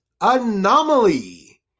anomaly